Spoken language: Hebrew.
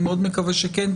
ואני מאוד מקווה שכן.